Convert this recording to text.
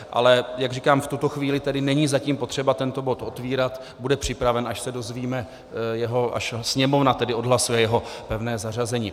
Ale jak říkám, v tuto chvíli tedy není zatím potřeba tento bod otvírat, bude připraven, až se dozvíme, až Sněmovna odhlasuje jeho pevné zařazení.